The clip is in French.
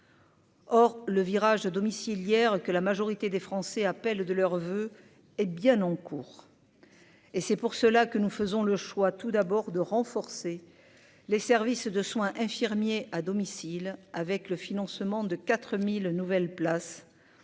Or le virage à domicile hier que la majorité des Français appellent de leurs voeux, hé bien en cours et c'est pour cela que nous faisons le choix tout d'abord de renforcer les services de soins infirmiers à domicile avec le financement de 4000 nouvelles places